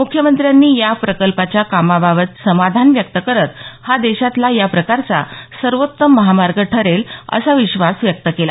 मुख्यमंत्र्यांनी या प्रकल्पाच्या कामाबाबत समाधान व्यक्त करत हा देशातला या प्रकारचा सर्वोत्तम महामार्ग ठरेल असा विश्वास व्यक्त केला